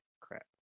crap